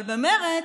אבל במרצ,